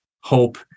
hope